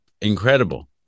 incredible